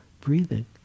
breathing